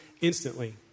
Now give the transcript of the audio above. instantly